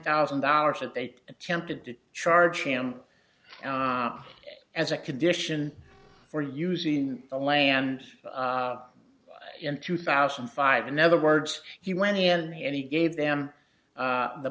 thousand dollars that they attempted to charge him as a condition for using the land in two thousand and five in other words he went in and he gave them